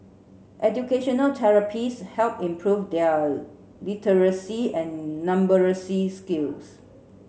educational therapists helped improve their literacy and numeracy skills